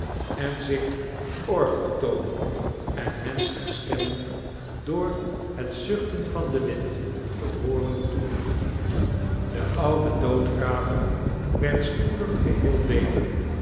en zich orgeltonen en menschenstemmen door het zuchten van den wind te hooren toevoeren be oude doodgraver werd spoedig geheel beter